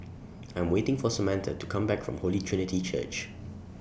I'm waiting For Samatha to Come Back from Holy Trinity Church